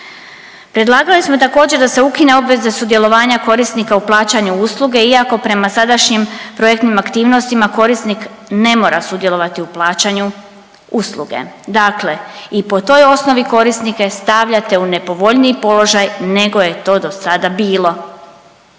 Predlagali smo također da se ukine obveza sudjelovanja korisnika u plaćanju usluge iako prema sadašnjim projektnim aktivnostima korisnik ne mora sudjelovati u plaćanju usluge, dakle i po toj osnovi korisnike stavljate u nepovoljniji položaj nego je to dosada bilo.